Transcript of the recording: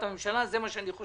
אנחנו פונים